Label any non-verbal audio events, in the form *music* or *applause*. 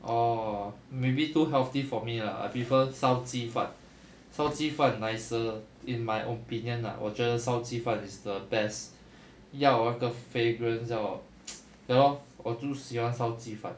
orh maybe too healthy for me lah I prefer 烧鸡饭烧鸡饭 nicer in my opinion lah 我觉得烧鸡饭 is the best 要那个 fragrance 要 *noise* ya lor 我就喜欢烧鸡饭